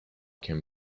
can